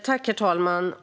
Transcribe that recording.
Herr talman!